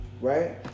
right